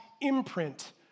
imprint